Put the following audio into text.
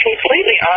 completely